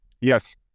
Yes